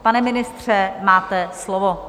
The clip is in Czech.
Pane ministře, máte slovo.